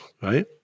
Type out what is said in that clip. right